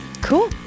Cool